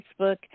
Facebook